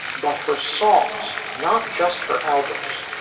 but her songs, not just her albums,